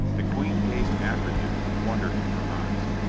the queen gazed after him with wonder in her eyes.